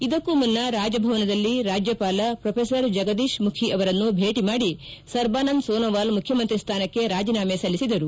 ಇದಕ್ಕೂ ಮುನ್ನ ರಾಜಭವನದಲ್ಲಿ ರಾಜ್ಯಪಾಲ ಪ್ರೊಫೆಸರ್ ಜಗದೀಶ್ ಮುಖಿ ಅವರನ್ನು ಭೇಟಿ ಮಾಡಿ ಸರ್ಬಾನಂದ್ ಸೋನೊವಾಲ್ ಮುಖ್ಯಮಂತ್ರಿ ಸ್ಥಾನಕ್ಕೆ ರಾಜೀನಾಮೆ ಸಲ್ಲಿಸಿದರು